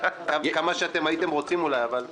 כמה שאתם הייתם רוצים אולי, אבל לא.